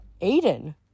Aiden